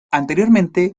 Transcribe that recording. anteriormente